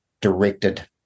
directed